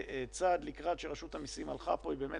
הצעד לקראת שרשות המסים הלכה פה הוא באמת